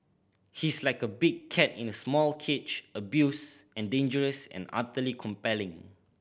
he's like a big cat in a small cage abused and dangerous and utterly compelling